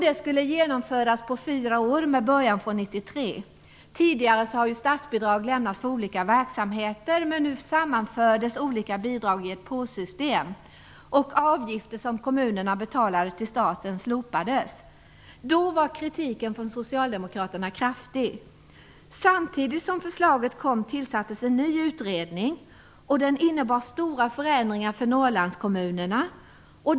Det skulle genomföras på fyra år med början 1993. Tidigare har statsbidrag lämnats för olika verksamheter, men nu sammanfördes olika bidrag i ett "påssystem". Då var kritiken från Socialdemokraterna kraftig. Samtidigt som förslaget kom tillsattes en ny utredning. Den innebar stora förändringar för Norrlandskommunerna.